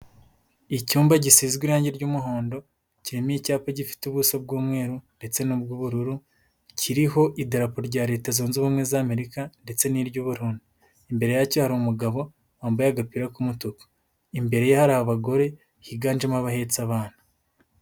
Icyumba gisize irangi ry'umuhondo, kirimo icyapa gifite ubuso bw'umweru, ndetse n'urw'ubururu, kiriho idarapo rya leta zunze ubumwe za Amerika, ndetse niryo iBurundi. Imbere hacyari umugabo wambaye agapira k'umutuku, imbere ye hari abagore, higanjemo abahetse abana.